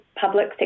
public